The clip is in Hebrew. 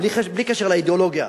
בלי קשר לאידיאולוגיה,